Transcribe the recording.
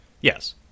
Yes